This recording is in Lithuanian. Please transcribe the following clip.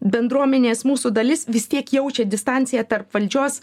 bendruomenės mūsų dalis vis tiek jaučia distanciją tarp valdžios